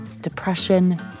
depression